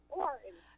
orange